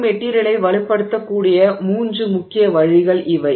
ஒரு மெட்டிரியலை வலுப்படுத்தக்கூடிய மூன்று முக்கிய வழிகள் இவை